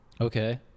Okay